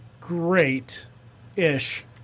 great-ish